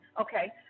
okay